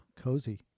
Cozy